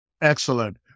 Excellent